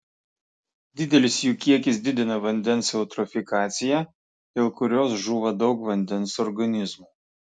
didelis jų kiekis didina vandens eutrofikaciją dėl kurios žūva daug vandens organizmų